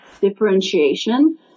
differentiation